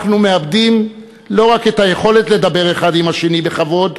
אנחנו מאבדים לא רק את היכולת לדבר האחד עם השני בכבוד,